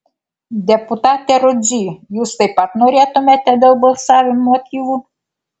deputate rudzy jūs taip pat norėtumėte dėl balsavimo motyvų